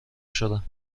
شدم